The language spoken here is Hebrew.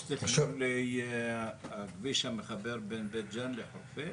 יש תכנון לכביש המחבר בין בית ג'ן לחורפיש?